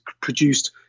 produced